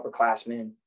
upperclassmen